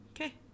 Okay